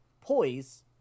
poise